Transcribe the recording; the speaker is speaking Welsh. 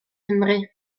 nghymru